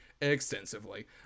extensively